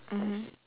mmhmm